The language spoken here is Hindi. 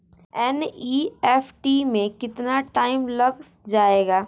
एन.ई.एफ.टी में कितना टाइम लग जाएगा?